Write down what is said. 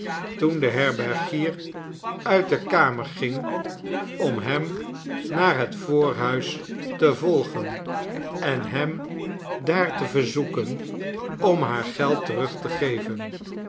toen de herbergier uit de kamer ging om hem naar het voorhuis te volgen en hem daar te verzoeken om haar geld terug te geven